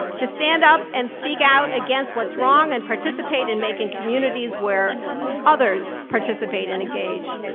to stand up and speak out against what's wrong and participate in making communities where others participate and engage.